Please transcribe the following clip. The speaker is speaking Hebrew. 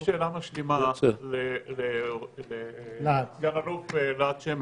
רק לשאול שאלה משלימה את סגן אלוף להט שמש,